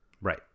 Right